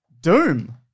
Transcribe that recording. Doom